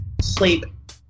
sleep